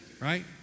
Right